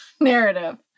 narrative